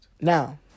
Now